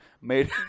made